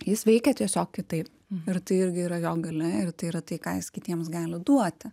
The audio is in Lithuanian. jis veikia tiesiog kitaip ir tai irgi yra jo galia ir tai yra tai ką jis kitiems gali duoti